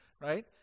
right